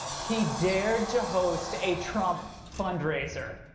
he dared to host a trump fund-raiser.